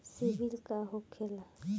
सीबील का होखेला?